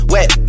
Wet